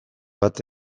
bat